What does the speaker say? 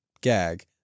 gag